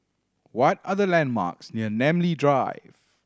what are the landmarks near Namly Drive